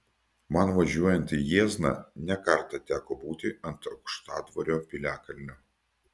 man važiuojant į jiezną ne kartą teko būti ant aukštadvario piliakalnio